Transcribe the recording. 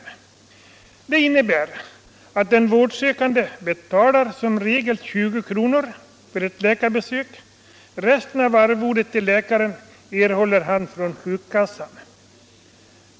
Beslutet innebär att den vårdsökande som regel betalar 20 kr. för ett läkarbesök. Resten av arvodet till läkaren får denne från sjukkassan.